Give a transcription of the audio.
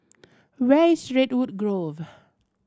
where is Redwood Grove